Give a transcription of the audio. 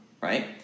right